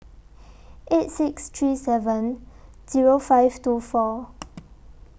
eight six three seven Zero five two four